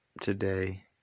today